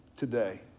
today